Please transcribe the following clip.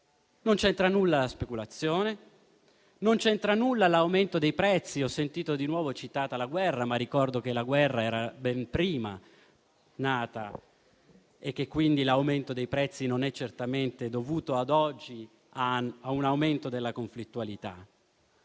non c'entra nulla la speculazione, così come non c'entra nulla l'aumento dei prezzi. Ho sentito di nuovo citata la guerra, ma ricordo che la guerra è iniziata ben prima e che quindi l'aumento dei prezzi non è certamente dovuto oggi a un aumento della conflittualità.